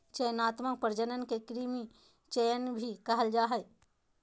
चयनात्मक प्रजनन के कृत्रिम चयन भी कहल जा हइ